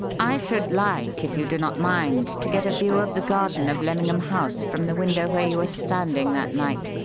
i should like, if you do not mind, to get a view of the garden of lemmingham house from the window where you were standing that night,